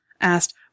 asked